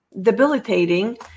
debilitating